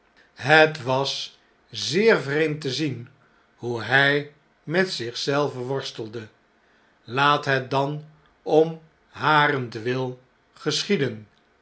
het was zeer vreemd te zien hoe hy met zich zelven worstelde laat het dan om harentwil geschieden